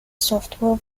software